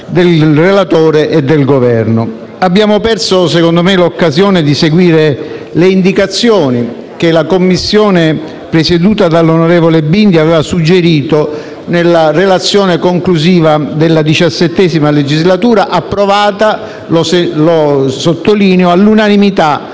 del relatore e del Governo. A mio avviso, abbiamo perso l'occasione di seguire le indicazioni che la Commissione presieduta dall'onorevole Bindi aveva suggerito nella relazione conclusiva della XVII Legislatura, approvata all'unanimità